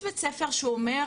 יש בית-ספר שאומר